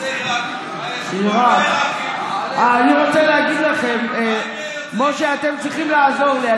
אני רוצה להגיד לכם, משה, אתם צריכים לעזור לי.